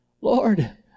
Lord